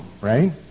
right